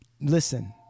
Listen